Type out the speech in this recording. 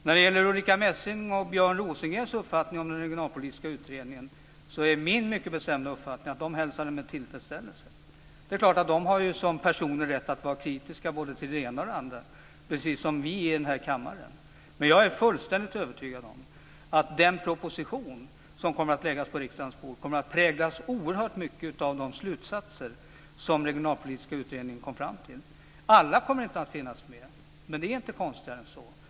När det gäller Ulrica Messings och Björn Rosengrens uppfattning om den regionalpolitiska utredningen är min mycket bestämda uppfattning att de hälsar denna med tillfredsställelse. Det är klart att de som personer har rätt att vara kritiska både till det ena och det andra, precis som vi i denna kammare. Men jag är fullständigt övertygad om att den proposition som kommer att läggas på riksdagens bord oerhört mycket kommer att präglas av de slutsatser som Regionalpolitiska utredningen kom fram till. Alla kommer inte att finnas med, men det är inte konstigt.